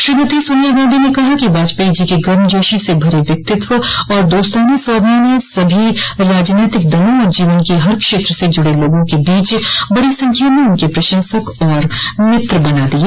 श्रीमती सोनिया गांधी ने कहा कि वाजपेयी जी के गर्मजोशी से भरे व्यक्तित्व और दोस्ताना स्वभाव ने सभी राजनीतिक दलों और जीवन के हर क्षेत्र से जुड़े लोगों के बीच बड़ी संख्या में उनके प्रशंसक आर मित्र बना दिए